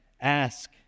ask